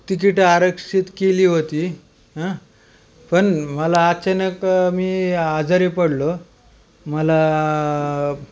तिकीटं आरक्षित केली होती हां पण मला अचानक मी आजारी पडलो मला